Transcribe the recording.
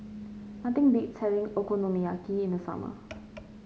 nothing beats having Okonomiyaki in the summer